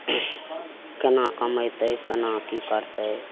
कोना कमेतै कोना कि करतै